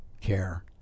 care